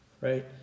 Right